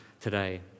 today